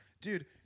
dude